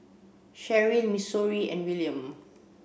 Cherryl Missouri and Wiliam